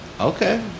Okay